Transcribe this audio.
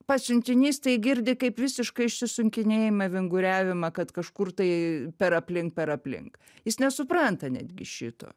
pasiuntinys tai girdi kaip visiškai išsisukinėjimą vinguriavimą kad kažkur tai per aplink per aplink jis nesupranta netgi šito